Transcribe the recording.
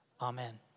Amen